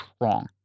wrong